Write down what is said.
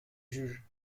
juge